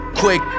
quick